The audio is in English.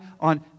on